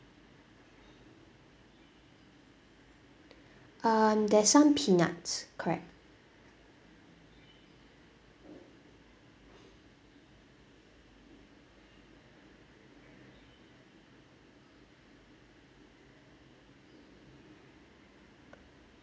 um there's some peanuts correct